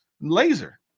laser